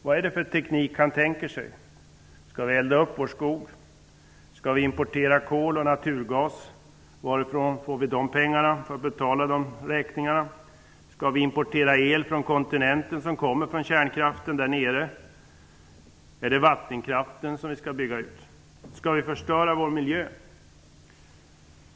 Vad är det för teknik han tänker sig? Skall vi elda upp vår skog? Skall vi importera kol och naturgas? Varifrån får vi pengar att betala de räkningarna med? Skall vi importera el från kontinenten som kommer från kärnkraften där? Är det vattenkraften som vi skall bygga ut? Skall vi förstöra vår miljö?